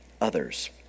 others